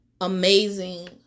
amazing